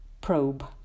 probe